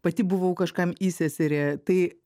pati buvau kažkam įseserė tai